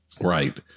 Right